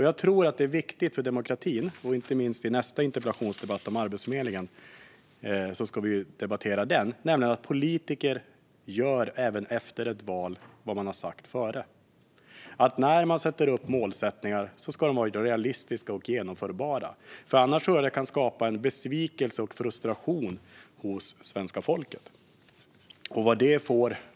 Jag tror att det är viktigt för demokratin - inte minst kommer detta upp i nästa interpellationsdebatt, då vi ska debattera Arbetsförmedlingen - att politiker efter ett val gör det de före valet har sagt att de ska göra. När man sätter upp mål ska de vara realistiska och genomförbara. Annars tror jag att det kan skapa besvikelse och frustration hos svenska folket.